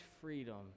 freedom